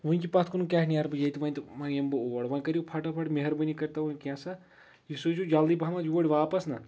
ؤنٛکہِ پتھ کُن کیاہ نیرٕ بہٕ ییٚتہِ وۄنۍ تہٕ وۄنۍ یِمہٕ بہٕ اور وۄنۍ کٔرِو فَٹوفٹھ مہربٲنی کٔرۍتو وۄۍ کیٚنٛہہ سا یہِ سوٗزِو جلدی پہمَت یوٗرۍ واپَس نا